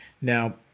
Now